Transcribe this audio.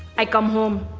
i come home,